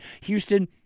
Houston